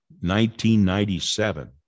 1997